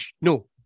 no